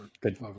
Good